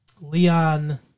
Leon